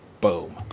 Boom